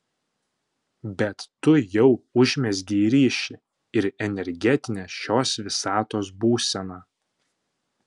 bet tu jau užmezgei ryšį ir energetinė šios visatos būsena